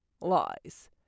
lies